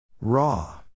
Raw